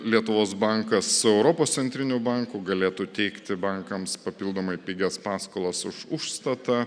lietuvos bankas su europos centriniu banku galėtų teikti bankams papildomai pigias paskolas už užstatą